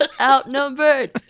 outnumbered